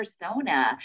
persona